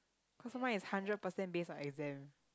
cause mine is hundred percent based on exam